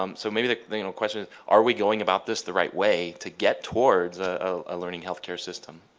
um so maybe the the you know question is are we going about this the right way to get towards a learning healthcare system?